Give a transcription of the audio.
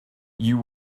you